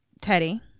Teddy